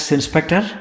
Inspector